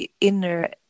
inner